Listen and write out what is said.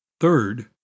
Third